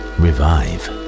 revive